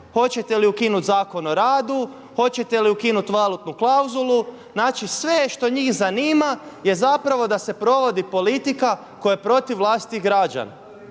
hoćete li ukinuti Zakon o radu, hoćete li ukinuti valutnu klauzulu, znači sve što njih zanima je zapravo da se provodi politika koja je protiv vlastitih građana.